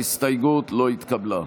ההסתייגות לא התקבלה.